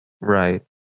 Right